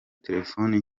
telefoni